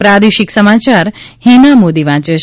પ્રાદેશિક સમાચાર હીના મોદી વાંચે છે